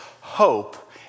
hope